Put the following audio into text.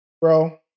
bro